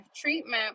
treatment